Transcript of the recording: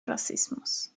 rassismus